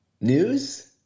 news